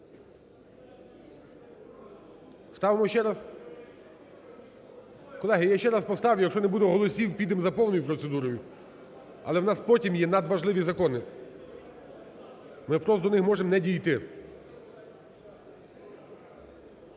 Ставимо ще раз? Колеги, я ще раз поставлю, якщо не буде голосів, підемо за повною процедурою, але у нас потім є надважливі закони, ми просто до них можемо не дійти.